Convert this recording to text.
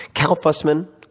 cal fussman,